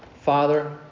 Father